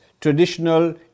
traditional